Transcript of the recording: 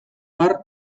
har